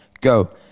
go